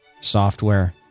software